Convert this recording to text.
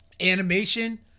animation